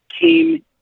came